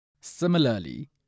Similarly